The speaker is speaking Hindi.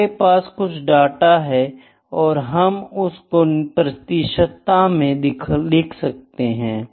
हमारे पास कुछ डाटा है और हम उसको प्रतिशतता में लिख सकते है